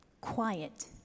quiet